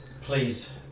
Please